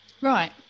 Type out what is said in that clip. Right